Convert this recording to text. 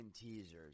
teasers